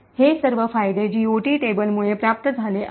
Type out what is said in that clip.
हे सर्व फायदे जीओटी टेबलमुळे प्राप्त झाले आहेत